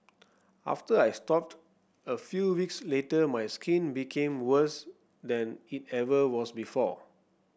after I stopped a few weeks later my skin became worse than it ever was before